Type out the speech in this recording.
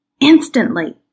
Instantly